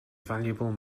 valuable